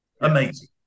Amazing